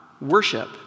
worship